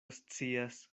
scias